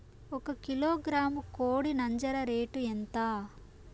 ఒక కిలోగ్రాము కోడి నంజర రేటు ఎంత?